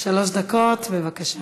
שלוש דקות, בבקשה.